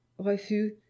Refus